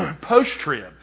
post-trib